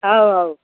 ହେଉ ହେଉ